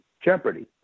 jeopardy